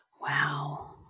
Wow